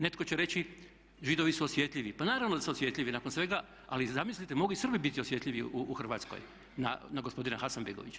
Netko će reći Židovi su osjetljivi, pa naravno da su osjetljivi nakon svega ali zamislite mogu i Srbi biti osjetljivi u Hrvatskoj na gospodina Hasanbegovića.